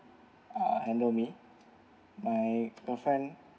uh handle me my girlfriend